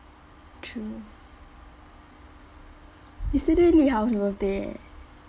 true yesterday lee hao's birthday eh